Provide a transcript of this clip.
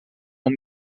uma